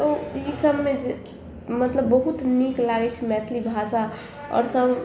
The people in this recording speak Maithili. तऽ ओ ईसबमे जे मतलब बहुत नीक लागै छै मैथिली भाषा आओर सब